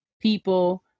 people